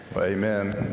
Amen